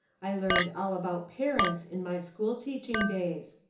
i learned all about parents in my school teaching days.